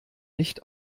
nicht